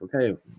Okay